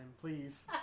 please